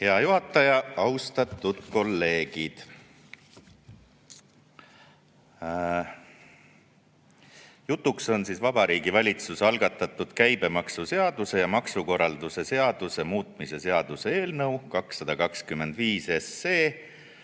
Hea juhataja! Austatud kolleegid! Jutuks on Vabariigi Valitsuse algatatud käibemaksuseaduse ja maksukorralduse seaduse muutmise seaduse eelnõu 225